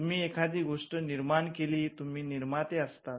तुम्ही एखादी गोष्ट निर्माण केली तुम्ही निर्माते असतात